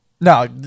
No